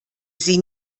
sie